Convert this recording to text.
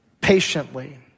patiently